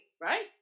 right